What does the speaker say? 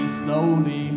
slowly